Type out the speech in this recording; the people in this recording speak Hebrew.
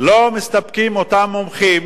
לא מסתפקים אותם מומחים